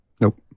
nope